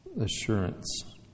assurance